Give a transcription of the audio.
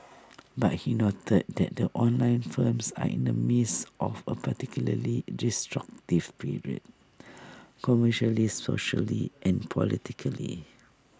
but he noted that the online firms are in the midst of A particularly disruptive period commercially socially and politically